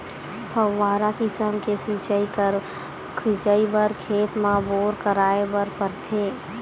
फव्हारा किसम के सिचई बर खेत म बोर कराए बर परथे